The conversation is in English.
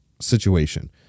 situation